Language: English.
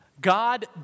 God